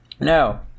Now